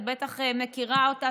את בטח מכירה אותה,